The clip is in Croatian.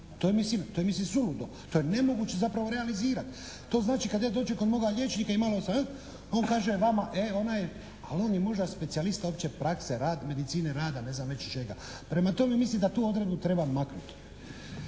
oružje. To je mislim suludo. To je nemoguće zapravo realizirati. To znači kad ja dođem kod moga liječnika i malo …/Govornik se ne razumije./…, on kaže vama e onaj, ali on je možda specijalist opće prakse, medicine rada, ne znam već čega. Prema tome, mislim da tu odredbu treba maknuti.